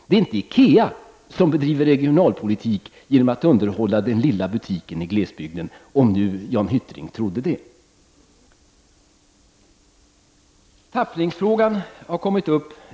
Det är inte IKEA som bedriver regionalpolitik genom att underhålla den lilla butiken i glesbygden, om nu Jan Hyttring trodde det. Tappningsfrågan har kommit upp.